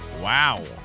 Wow